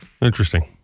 Interesting